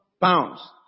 pounds